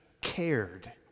cared